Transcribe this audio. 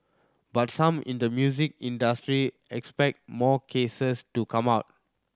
but some in the music industry expect more cases to come out